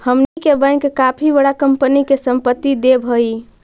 हमनी के बैंक काफी बडा कंपनी के संपत्ति देवऽ हइ